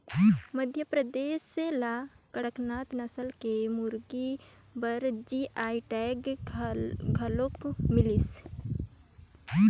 मध्यपरदेस ल कड़कनाथ नसल के मुरगा बर जी.आई टैग घलोक मिलिसे